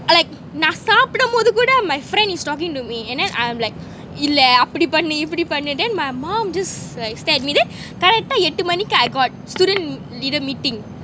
I like நா சாப்பிடும் போது கூட:na saapidum pothu kuuda my friend is talking to me and then I am like இல்ல அப்டி பன்னு இப்டி பன்னு:illa then my mom just like stared at me then கரட்டா எட்டு மணிக்கு:karatta ettu manikku I got student leader meeting